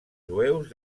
jueus